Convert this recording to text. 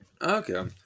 Okay